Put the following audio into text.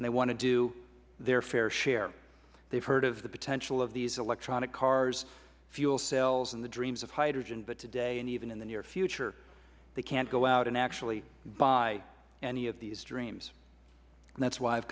and they want to do their fair share they have heard of the potential of these electronic cars fuel cells and the dreams of hydrogen but today and even in the near future they can't go out and actually buy any of these dreams that is why i